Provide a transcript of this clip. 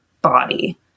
body